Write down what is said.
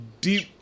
deep